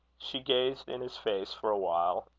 she gazed in his face for a while,